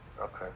Okay